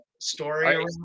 story